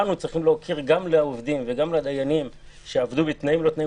כולנו צריכים להוקיר את העובדים והדיינים שעבדו בתנאים לא תנאים,